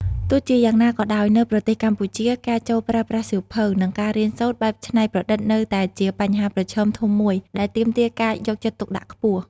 ទោះជាយ៉ាងណាក៏ដោយ នៅប្រទេសកម្ពុជា ការចូលប្រើប្រាស់សៀវភៅ និងការរៀនសូត្របែបច្នៃប្រឌិតនៅតែជាបញ្ហាប្រឈមធំមួយដែលទាមទារការយកចិត្តទុកដាក់ខ្ពស់។